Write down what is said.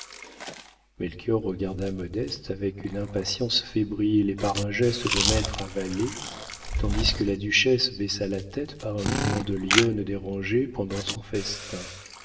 melchior regarda modeste avec une impatience fébrile et par un geste de maître à valet tandis que la duchesse baissa la tête par un mouvement de lionne dérangée pendant son festin